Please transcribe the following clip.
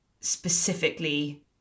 specifically